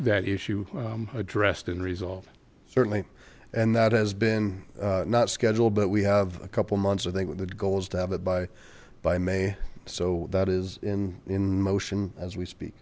that issue addressed and resolved certainly and that has been not scheduled but we have a couple months i think with the goals to have it by by may so that is in in motion as we speak